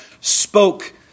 spoke